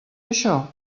això